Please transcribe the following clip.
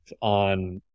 on